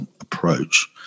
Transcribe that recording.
approach